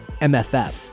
MFF